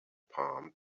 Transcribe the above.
palm